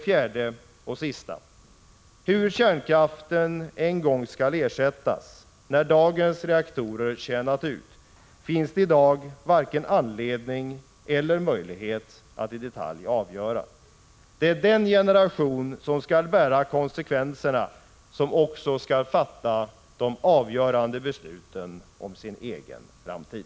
4. Hur kärnkraften en gång skall ersättas när dagens reaktorer tjänat ut finns det i dag varken anledning eller möjlighet att i detalj avgöra. Det är den generation som skall bära konsekvenserna som också skall fatta de avgörande besluten om sin egen framtid.